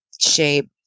Shape